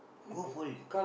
go for it